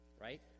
Right